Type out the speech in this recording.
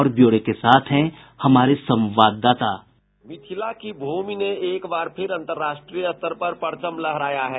और ब्यौरे के साथ हैं हमारे संवाददाता बाईट मिथिला की भूमि ने एक बार फिर अंतर्राष्ट्रीय स्तर पर परचम लहराया है